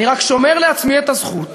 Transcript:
אני רק שומר לעצמי את הזכות